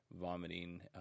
vomiting